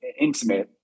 intimate